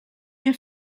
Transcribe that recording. que